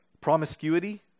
promiscuity